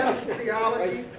theology